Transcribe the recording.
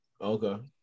Okay